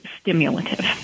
stimulative